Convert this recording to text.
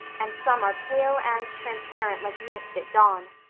and some are pale and transparent like mist at dawn.